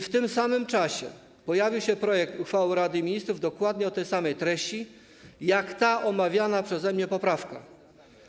W tym samy czasie pojawił się projekt uchwały Rady Ministrów dokładnie o takiej samej treści jak omawiana przeze mnie poprawka.